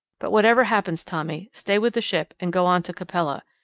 but whatever happens, tommy, stay with the ship and go on to capella.